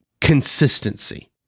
Consistency